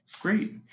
Great